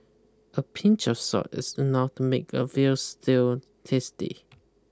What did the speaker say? a pinch of salt is enough to make a veal stew tasty